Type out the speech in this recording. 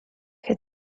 could